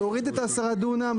להוריד את העשרה דונם,